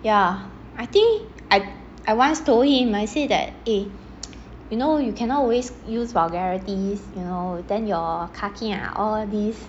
ya I think I I once told him I said that eh you know you cannot always use vulgarities you know then your kakia all these